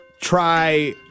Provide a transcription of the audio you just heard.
try